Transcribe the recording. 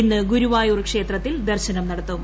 ഇന്ന് ഗുരുവായൂർ ക്ഷേത്രത്തിൽ ദർശനം നടത്തും